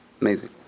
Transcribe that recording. amazing